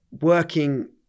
working